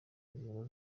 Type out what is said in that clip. ngingo